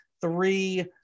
three